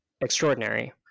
extraordinary